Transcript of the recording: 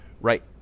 right